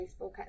Facebook